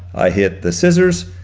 i hit the scissors,